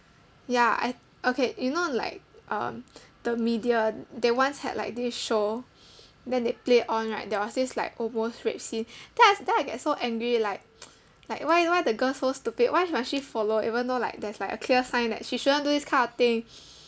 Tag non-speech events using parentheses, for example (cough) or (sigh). ya I okay you know like um the media they once had like this show then they play on right there was this like almost rape scene then af~ then I get so angry like (noise) like why why the girl so stupid why must she follow even though like there's like a clear sign that she shouldn't do this kind of thing